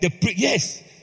Yes